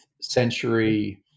century